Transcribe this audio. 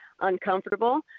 uncomfortable